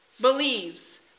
believes